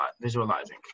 visualizing